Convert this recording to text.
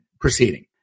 proceeding